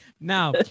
Now